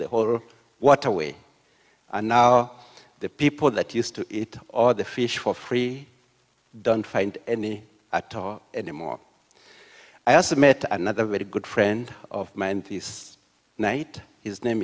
the whole what away and now the people that used to it or the fish for free don't find any anymore i also met another very good friend of mine this night his name